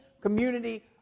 community